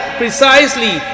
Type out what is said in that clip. precisely